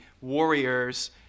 warriors